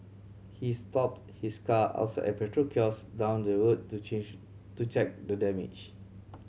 he stopped his car outside a petrol kiosk down the road to change to check the damage